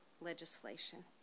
legislation